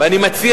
ואני מציע,